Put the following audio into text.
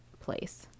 place